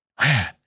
Man